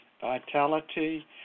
vitality